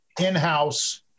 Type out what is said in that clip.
in-house